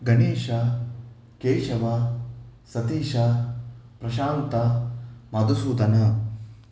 Ganesha Keshav Satish Prashant Madhusudana